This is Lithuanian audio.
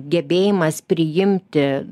gebėjimas priimti